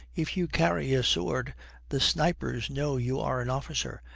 if you carry a sword the snipers know you are an officer,